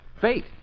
Fate